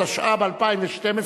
התשע"ב 2012,